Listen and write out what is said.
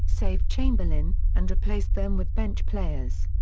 save chamberlain, and replaced them with bench players.